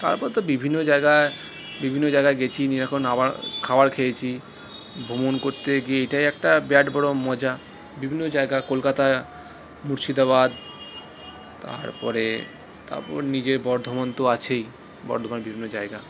তারপর তো বিভিন্ন জায়গায় বিভিন্ন জায়গায় গেছি এখন আবার খাবার খেয়েছি ভ্রমণ করতে গিয়ে এইটাই একটা বিরাট বড়ো মজা বিভিন্ন জায়গা কলকাতায় মুর্শিদাবাদ তারপরে তারপর নিজের বর্ধমান তো আছেই বর্ধমানের বিভিন্ন জায়গা